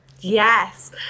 Yes